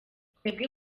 twebwe